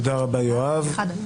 תודה רבה, יואב.